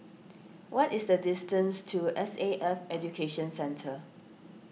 what is the distance to S A F Education Centre